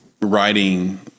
writing